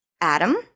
Adam